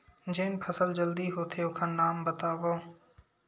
जेन फसल जल्दी होथे ओखर नाम बतावव?